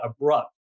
abrupt